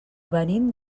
venim